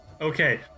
Okay